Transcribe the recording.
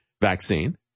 vaccine